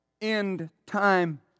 end-time